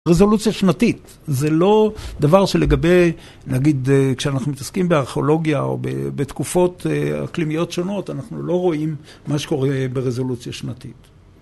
רזולוציה שנתית זה לא דבר שלגבי, נגיד כשאנחנו מתעסקים בארכיאולוגיה או בתקופות אקלימיות שונות אנחנו לא רואים מה שקורה ברזולוציה שנתית.